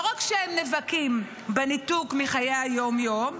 לא רק שהם נאבקים עם הניתוק מחיי היום-יום,